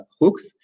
hooks